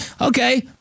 okay